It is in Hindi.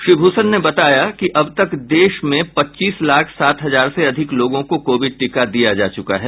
श्री भूषण ने बताया कि अब तक देश में पच्चीस लाख सात हजार से अधिक लोगों को कोविड टीका दिया जा चुका है